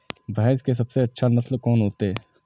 भैंस के सबसे अच्छा नस्ल कोन होते?